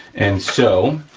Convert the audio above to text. and so,